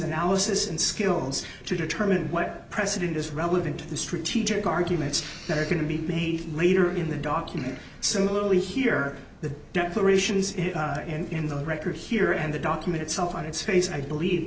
analysis and skills to determine what precedent is relevant to the strategic arguments that are going to be made later in the document similarly here the declaration is in the record here and the document itself on its face i believe